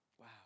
Wow